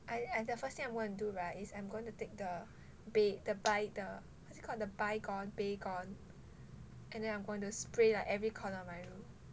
I I the first thing I gonna do [right] it's I'm going to take the bae~ the by~ the what's it called the bygone baygon and then I'm going to spray like every corner of my room